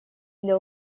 для